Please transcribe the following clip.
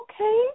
Okay